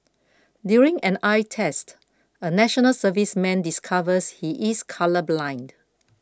during an eye test a National Serviceman discovers he is colourblind